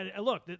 look